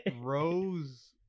Rose